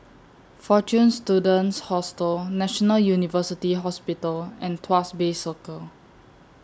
Fortune Students Hostel National University Hospital and Tuas Bay Circle